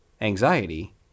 anxiety